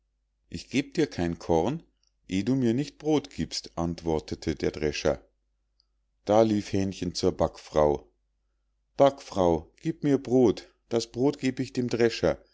ich geb dir kein korn eh du mir nicht brod giebst antwortete der drescher da lief hähnchen zur backfrau backfrau gieb mir brod das brod geb ich dem drescher